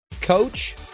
coach